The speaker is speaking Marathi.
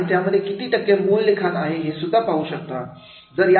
आणि त्यामध्ये किती टक्के मूळ लिखाण आहे हे पाहू शकता